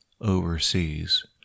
overseas